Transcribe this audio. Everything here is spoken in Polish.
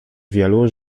wielu